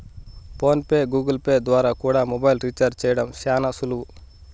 phone pay, Google Pay ద్వారా కూడా mobile recharge చేయడం శానా సులువు